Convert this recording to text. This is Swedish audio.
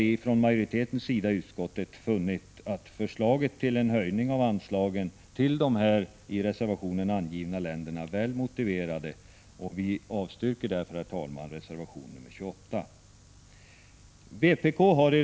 Utskottsmajoriteten har funnit att regeringens förslag till höjning av anslagen till de i reservationen angivna länderna är väl motiverade, och vi avstyrker därför, herr talman, reservation nr 27.